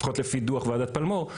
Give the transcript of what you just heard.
לפחות לפי דו"ח וועדת פלמו"ר,